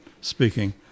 speaking